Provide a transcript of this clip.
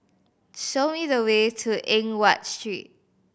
show me the way to Eng Watt Street